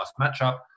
matchup